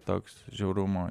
toks žiaurumo